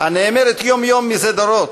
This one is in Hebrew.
הנאמרת יום-יום זה דורות,